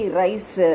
rice